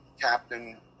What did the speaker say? captain